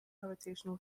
gravitational